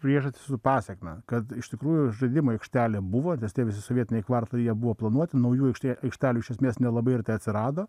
priežastį su pasekme kad iš tikrųjų žaidimų aikštelė buvo tie visi sovietiniai kvartalai jie buvo planuoti naujų aikšte aikštelių iš esmės nelabai ir atsirado